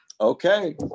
okay